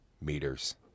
meters